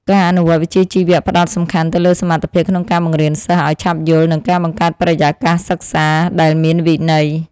ការអនុវត្តវិជ្ជាជីវៈផ្តោតសំខាន់ទៅលើសមត្ថភាពក្នុងការបង្រៀនសិស្សឱ្យឆាប់យល់និងការបង្កើតបរិយាកាសសិក្សាដែលមានវិន័យ។